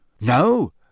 No